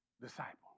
disciple